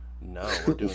No